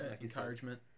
encouragement